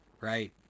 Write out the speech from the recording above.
right